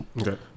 Okay